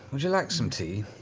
would you like some tea?